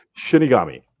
Shinigami